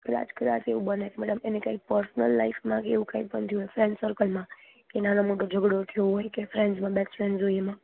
કદાચ કદાચ એવું બને મેડમ એને કંઈ પર્સનલ લાઈફમાં કંઈ એવું કાઇ પણ થયું હોય ફ્રેન્ડ સર્કલમાં કે નાનો મોટો ઝગડો થયો હોય કે ફ્રેન્ડ્સમાં બેસ્ટ ફ્રેન્ડ્સ હોય એમાં